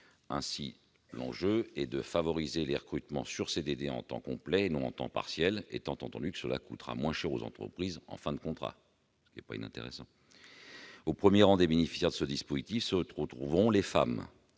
convient de favoriser les recrutements en CDD à temps complet et non à temps partiel, étant entendu que cela coûtera moins cher aux entreprises en fin de contrat, ce qui n'est pas inintéressant. Au premier rang des bénéficiaires de ce dispositif se trouveront les femmes